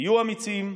תהיו אמיצים.